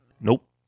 Nope